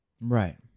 Right